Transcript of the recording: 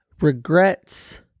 Regrets